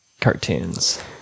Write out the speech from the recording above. cartoons